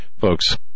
folks